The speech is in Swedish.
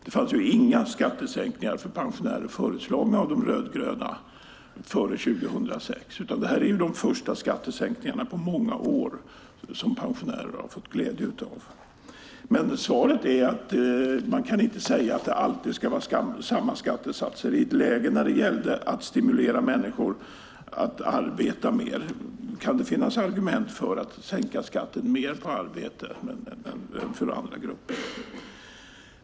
Det fanns ju inga skattesänkningar för pensionärer föreslagna av De rödgröna före 2006, utan det här är de första skattesänkningarna på många år som pensionärer har fått glädje av. Svaret är att man kan inte säga att det alltid ska vara samma skattesatser. I ett läge när det gäller att stimulera människor att arbeta mer kan det finnas argument för att sänka skatten mer på arbete än för andra grupper.